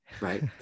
right